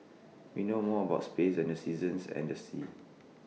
we know more about space than the seasons and the seas